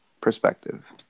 perspective